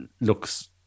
looks